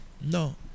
no